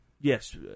Yes